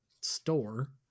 store